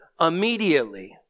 immediately